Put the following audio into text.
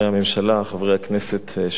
חברי הכנסת שנותרו באולם,